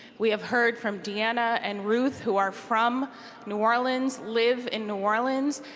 we have heard from deanna and ruth, who are from new orleans, live in new orleans,